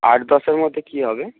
আট দশের মধ্যে কি হবে